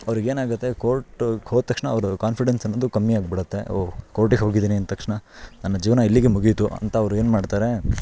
ಅವ್ರಿಗೇನಾಗುತ್ತೆ ಕೋರ್ಟ್ಗೆ ಹೋದ್ ತಕ್ಷ್ಣ ಅವರು ಕಾನ್ಫಿಡೆನ್ಸ್ ಅನ್ನೋದು ಕಮ್ಮಿ ಆಗ್ಬಿಡುತ್ತೆ ಓ ಕೋರ್ಟಿಗೆ ಹೋಗಿದ್ದೀನಿ ಅಂತಕ್ಷ್ಣ ನನ್ನ ಜೀವನ ಇಲ್ಲಿಗೆ ಮುಗೀತು ಅಂತ ಅವ್ರು ಏನು ಮಾಡ್ತಾರೆ